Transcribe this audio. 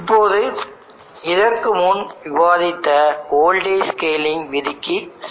இப்போது இதற்கு முன் விவாதித்த வோல்டேஜ் ஸ்கேலிங் விதிக்கு செல்லலாம்